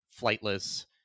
flightless